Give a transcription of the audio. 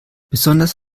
besonders